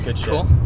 cool